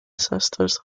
sisters